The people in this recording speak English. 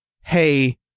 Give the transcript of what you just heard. hey